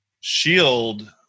shield